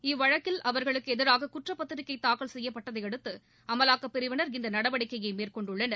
இவ்வழக்கில் அவர்களுக்கு எதிராக குற்றப்பத்திரிகை தாக்கல் செய்யப்பட்டதையடுத்து அமலாக்கப் பிரிவினர் இந்த நடவடிக்கையை மேற்கொண்டுள்ளனர்